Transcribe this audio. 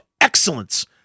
excellence